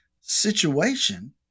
situation